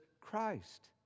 Christ